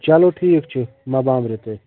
چلو ٹھیٖک چھُ مہٕ بامبرِو تُہۍ